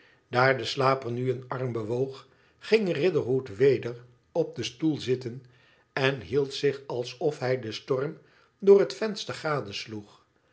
de slaper nu een arm bewoog ging riderhood weder op det stoel zitten en üeld zich alsof hij den storm door het venster